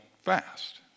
fast